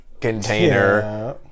container